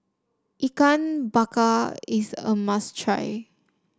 Ikan Bakar is a must try